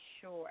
sure